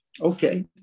Okay